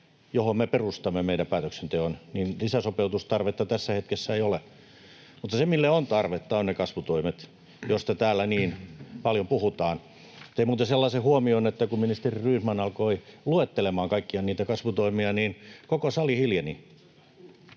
johon me perustamme meidän päätöksenteon, lisäsopeutustarvetta tässä hetkessä ei ole. Mutta se, mille on tarvetta, ovat ne kasvutoimet, joista täällä niin paljon puhutaan. Tein muuten sellaisen huomioon, että kun ministeri Rydman alkoi luettelemaan kaikkia niitä kasvutoimia, niin koko sali hiljeni.